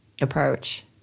approach